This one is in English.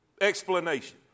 explanation